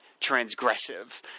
transgressive